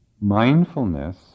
Mindfulness